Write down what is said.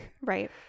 Right